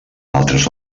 altres